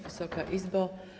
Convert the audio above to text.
Wysoka Izbo!